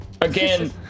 Again